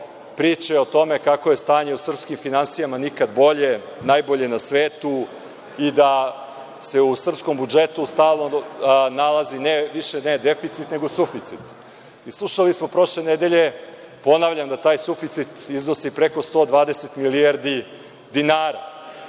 priče o tome kako je stanje u srpskim finansijama nikad bolje, najbolje na svetu i da se u srpskom budžetu nalazi više ne deficit, nego suficit. Slušali smo prošle nedelje, ponavljam da taj suficit iznosi preko 120 milijardi dinara.